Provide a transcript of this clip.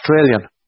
Australian